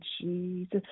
Jesus